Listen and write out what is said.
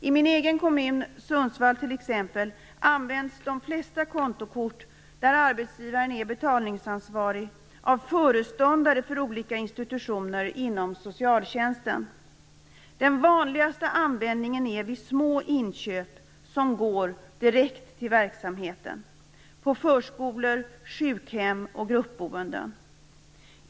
I min egen kommun, Sundsvall, t.ex. används de flesta kontokort där arbetsgivaren är betalningsansvarig av föreståndare för olika institutioner inom socialtjänsten. Den vanligaste användningen är vid små inköp som går direkt till verksamheten på förskolor, sjukhem och gruppboende.